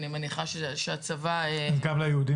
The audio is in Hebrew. אני מניחה שהצבא --- אז גם ליהודי